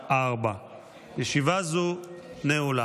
בשעה 16:00. ישיבה זו נעולה.